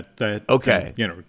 Okay